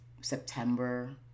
September